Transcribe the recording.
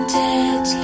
dead